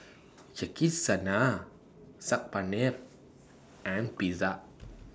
Yakizakana Saag Paneer and Pizza